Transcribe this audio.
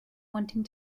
wanting